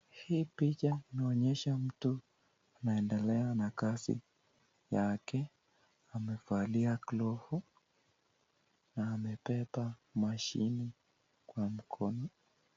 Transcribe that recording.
Hii picha inaonyesha mtu anaendelea na kazi yake. Amevalia glovu na amebeba mashini kwa mkono.